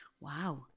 Wow